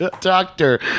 Doctor